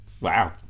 Wow